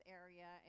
area